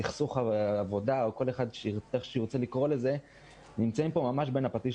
סכסוך עבודה או כל אחד יקרא לזה איך שירצה,